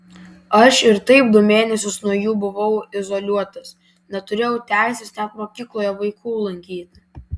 aš ir taip du mėnesius nuo jų buvau izoliuotas neturėjau teisės net mokykloje vaikų lankyti